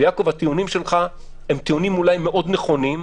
יעקב, הטיעונים שלך אולי מאוד נכונים,